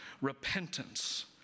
repentance